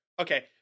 Okay